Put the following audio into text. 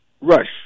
Rush